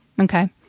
Okay